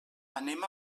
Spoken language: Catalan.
anem